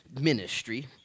ministry